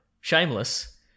Shameless